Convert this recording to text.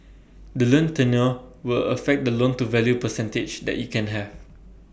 the loan tenure will affect the loan to value percentage that you can have